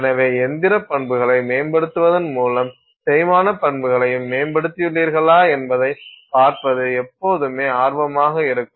எனவே இயந்திர பண்புகளை மேம்படுத்துவதன் மூலம் தேய்மான பண்புகளையும் மேம்படுத்தியுள்ளீர்களா என்பதைப் பார்ப்பது எப்போதுமே ஆர்வமாக இருக்கும்